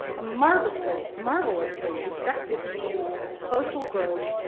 ah marvelously marvelously effective means of social growth,